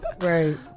right